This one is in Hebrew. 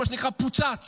מה שנקרא "פוצץ",